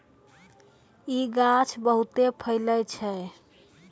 इ गाछ बहुते फैलै छै